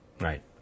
right